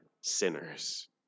sinners